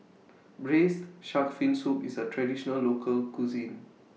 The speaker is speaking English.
Braised Shark Fin Soup IS A Traditional Local Cuisine